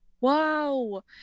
Wow